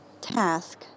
task